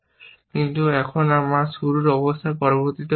মূলত কিন্তু এখন আমার শুরুর অবস্থা পরিবর্তিত হয়েছে